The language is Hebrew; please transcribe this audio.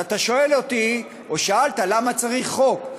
אז אתה שואל אותי, או שאלת, למה צריך חוק?